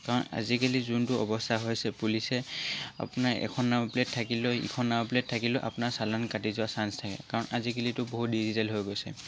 কাৰণ আজিকালি যোনটো অৱস্থা হৈছে পুলিচে আপোনাৰ এখন নম্বৰ প্লেট থাকিলেও ইখন নম্বৰ প্লেট থাকিলেও আপোনাৰ চালান কাটি যোৱাৰ চাঞ্চ থাকে কাৰণ আজিকালিটো বহুত ডিজিটেল হৈ গৈছে